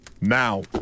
Now